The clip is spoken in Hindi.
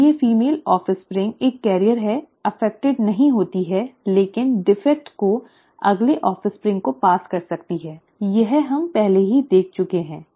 इसलिए फीमेल ऑफ़स्प्रिंग एक वाहक है प्रभावित नहीं होती है लेकिन डिफेक्ट को अगले ऑफ़स्प्रिंग को पास कर सकती है यह हम पहले ही देख चुके हैं ठीक है यह ऐसा होता है